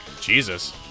Jesus